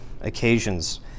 occasions